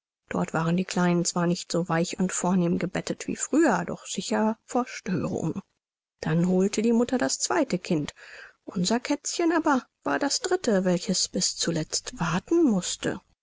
dort waren die kleinen zwar nicht so weich und vornehm gebettet wie früher doch sicher vor störung dann holte die mutter das zweite kind unser kätzchen war aber das dritte welches bis zuletzt warten mußte